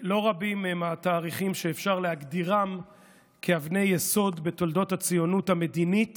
לא רבים התאריכים שאפשר להגדירם כאבני יסוד בתולדות הציונות המדינית